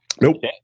Nope